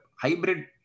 hybrid